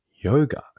yoga